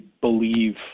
believe